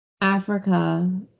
Africa